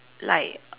like